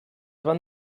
van